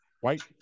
white